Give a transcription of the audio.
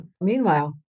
meanwhile